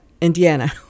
indiana